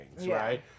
right